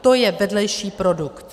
To je vedlejší produkt.